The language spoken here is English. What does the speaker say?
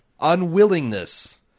unwillingness